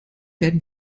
werden